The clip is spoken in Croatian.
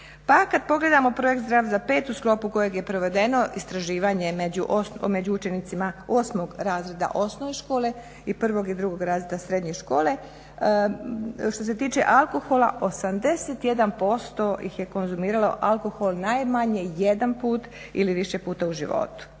kad pogledamo projekt "Zdrav za pet" u sklopu kojeg je provedeno istraživanje među učenicima 8. razreda osnovne škole i 1. i 2. razreda srednje škole, što se tiče alkohola 81% ih je konzumiralo alkohol najmanje jedan put ili više puta u životu.